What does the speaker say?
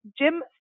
Jim